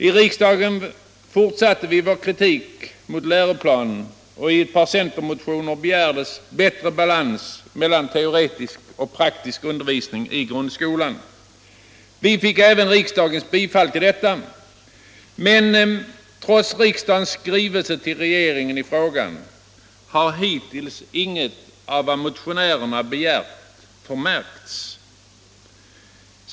I riksdagen fortsatte vi vår kritik mot läroplanen, och i ett par centermotioner begärdes bättre balans mellan teoretisk och praktisk undervisning i grundskolan. Vi fick även riksdagens bifall till detta. Men trots riksdagens skrivelse till regeringen i frågan har hittills inget av vad motionärerna begärde förmärkts.